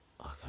Okay